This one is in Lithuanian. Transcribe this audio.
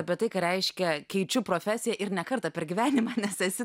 apie tai ką reiškia keičiu profesiją ir ne kartą per gyvenimą nes esi